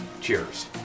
Cheers